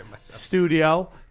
studio